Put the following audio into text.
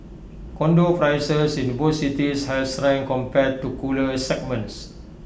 condo prices in both cities has strength compared to cooler segments